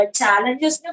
challenges